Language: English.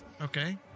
Okay